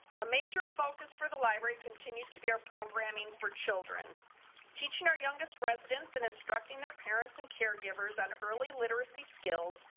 a major focus for the library continues to be our programming for children teaching our youngest residents and instructing their parents and caregivers on early literacy skills.